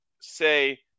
say